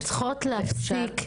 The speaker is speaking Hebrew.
אנחנו צריכות להפסיק.